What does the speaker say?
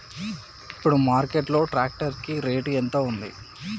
ఇప్పుడు మార్కెట్ లో ట్రాక్టర్ కి రేటు ఎంత ఉంది?